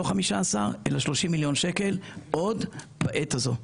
לא 15 אלא 30 מיליון שקלים עוד בעת הזו.